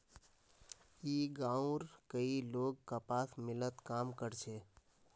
ई गांवउर कई लोग कपास मिलत काम कर छे